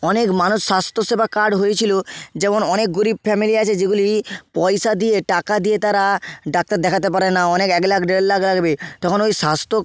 অনেক মানুষ স্বাস্থ্য সেবা কার্ড হয়েছিল যেমন অনেক গরিব ফ্যামিলি আছে যেগুলি পয়সা দিয়ে টাকা দিয়ে তারা ডাক্তার দেখাতে পারে না অনেক এক লাখ দেড় লাখ লাগবে তখন ওই স্বাস্থ্য